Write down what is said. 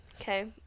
okay